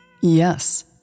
Yes